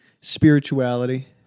spirituality